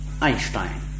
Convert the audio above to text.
Einstein